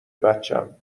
بچم